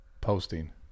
Posting